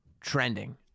trending